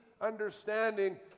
understanding